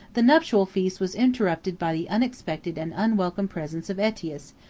the nuptial feast was interrupted by the unexpected and unwelcome presence of aetius,